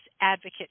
Advocate